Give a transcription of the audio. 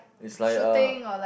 it's like a